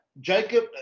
Jacob